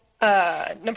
Number